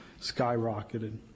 skyrocketed